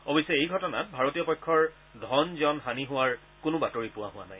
অৱশ্যে এই ঘটনাত ভাৰতীয় পক্ষৰ ধন জন হানি হোৱাৰ কোনা বাতৰি পোৱা হোৱা নাই